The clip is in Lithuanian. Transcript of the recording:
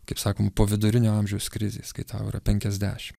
kaip sakom po vidurinio amžiaus krizės kai tau yra penkiasdešim